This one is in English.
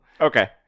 Okay